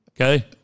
Okay